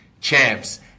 champs